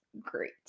great